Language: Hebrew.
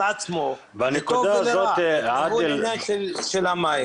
עצמו לטוב ולרע את הטיפול בעניין של המים.